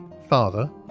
Father